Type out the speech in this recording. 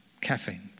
caffeine